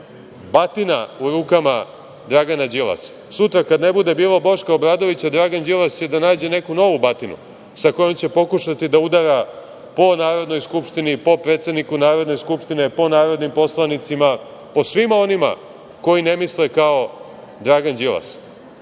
batina u rukama Dragana Đilasa. Sutra kad ne bude bilo Boška Obradovića, Dragan Đilas će da nađe neku novu batinu sa kojom će pokušati da udara po Narodnoj skupštini, po predsedniku Narodne skupštine, po narodnim poslanicima, po svima onima koji ne misle kao Dragan Đilas. Ovde